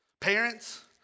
Parents